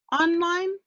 online